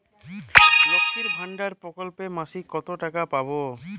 লক্ষ্মীর ভান্ডার প্রকল্পে মাসিক কত টাকা পাব?